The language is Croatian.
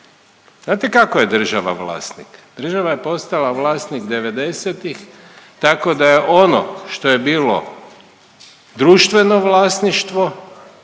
Znate kako je država vlasnik? Država je postala vlasnih devedesetih tako da je ono što je bilo društveno vlasništvo